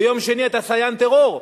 ויום שני אתה סייען טרור.